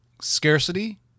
Scarcity